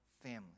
family